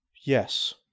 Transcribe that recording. Yes